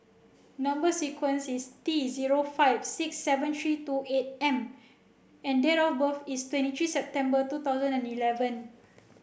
number sequence is T zero five six seven three two eight M and date of birth is twenty three September two thousand and eleven